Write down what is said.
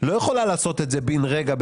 לא יכולה לעשות את זה בין רגע,